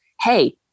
hey